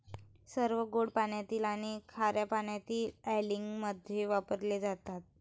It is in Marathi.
सर्व गोड पाण्यातील आणि खार्या पाण्याच्या अँलिंगमध्ये वापरले जातात